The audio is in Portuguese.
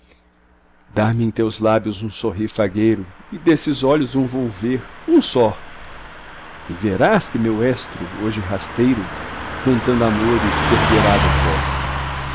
dá-me em teus lábios um sorrir fagueiro e desses olhos um volver um só e verás que meu estro hoje rasteiro cantando amores serguerá do pó